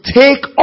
take